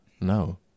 no